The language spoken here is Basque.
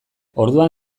orduan